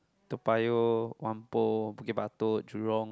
Toa-Payoh Whampoa Bukit-Batok Jurong